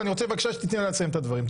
ואני רוצה בבקשה שתיתני לה לסיים את הדברים.